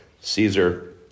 Caesar